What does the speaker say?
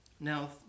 Now